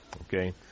Okay